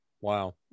Wow